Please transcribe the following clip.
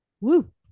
Woo